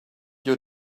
your